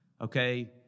Okay